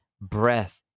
breath